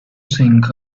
think